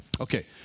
Okay